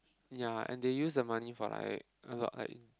ya and they use the money for like a lot like